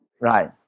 Right